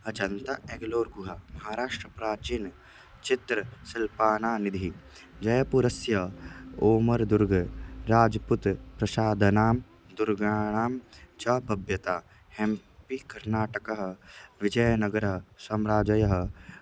अजन्त एग्गलोर्गुहा महाराष्ट्रे प्राचीनचित्रशिल्पानां निधिः जयपुरस्य ओमर्दुर्गा राज्पुत्प्रासादानां दुर्गाणां च भव्यता हेम्पी कर्णाटकः विजयनगरसाम्राज्यं